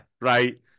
Right